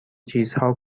چیزها